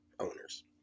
owners